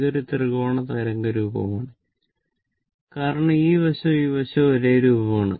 ഇത് ഒരു ത്രികോണ തരംഗ രൂപമാണ് കാരണം ഈ വശവും ഈ വശവും ഒരേ രൂപമാണ്